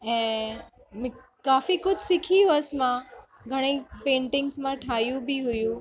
ऐं मि काफ़ी कुझु सिखी हुअसि मां घणेई पेंटिग्स मां ठाहियूं बि हुयूं